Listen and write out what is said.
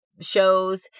shows